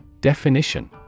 Definition